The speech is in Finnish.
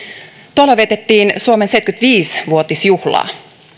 tuolloin vietettiin suomen seitsemänkymmentäviisi vuotisjuhlaa